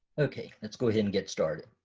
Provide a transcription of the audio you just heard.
okay let's go ahead and get started.